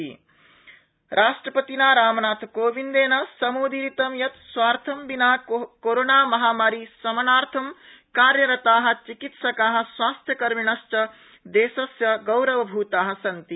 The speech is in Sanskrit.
राष्ट्रपति कोविड राष्ट्रपतिना रामनाथ कोविंदेन सम्दीरित यत् स्वार्थं विना कोरोनामहामारी शमनार्थं कार्यरता चिकीत्सका स्वास्थकर्मिणेश्च देशस्य गौरवभूता सन्ति